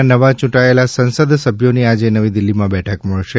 ના નવા ચૂંટાયેલા સંસદ સભ્યોની આજે નવી દિલ્હીમાં બેઠક મળશે